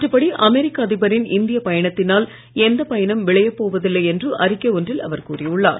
மற்றபடி அமெரிக்க அதிபரின் இந்திய பயணத்தினால் எந்த பயனும் விளையப் போவதில்லை என்று அறிக்கை ன்றில் அவர் கூறியுள்ளார்